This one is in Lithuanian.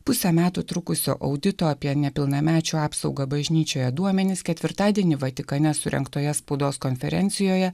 pusę metų trukusio audito apie nepilnamečių apsaugą bažnyčioje duomenis ketvirtadienį vatikane surengtoje spaudos konferencijoje